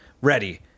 ready